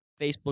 Facebook